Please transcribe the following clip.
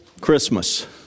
Christmas